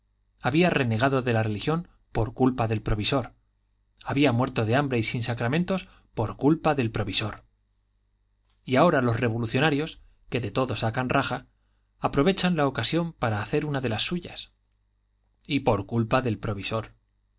había renegado de la religión por culpa del provisor había muerto de hambre y sin sacramentos por culpa del provisor y ahora los revolucionarios que de todo sacan raja aprovechan la ocasión para hacer una de las suyas y por culpa del provisor